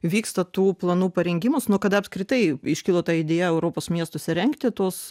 vyksta tų planų parengimas nuo kada apskritai iškilo ta idėja europos miestuose rengti tuos